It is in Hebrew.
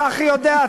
צחי יודע,